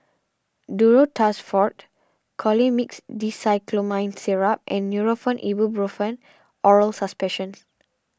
Duro Tuss Forte Colimix Dicyclomine Syrup and Nurofen Ibuprofen Oral Suspension